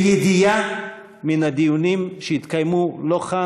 זאת הייתה הסיבה.